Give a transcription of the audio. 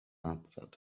answered